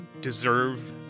deserve